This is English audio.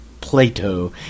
Plato